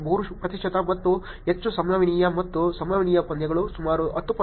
3 ಪ್ರತಿಶತ ಮತ್ತು ಹೆಚ್ಚು ಸಂಭವನೀಯ ಮತ್ತು ಸಂಭವನೀಯ ಪಂದ್ಯಗಳು ಸುಮಾರು 10